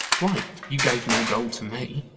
why, you gave no gold to me.